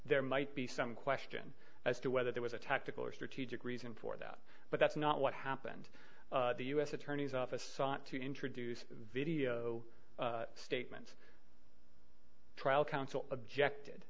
there might be some question as to whether there was a tactical or strategic reason for that but that's not what happened the u s attorney's office sought to introduce video statements trial counsel objected